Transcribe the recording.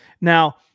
Now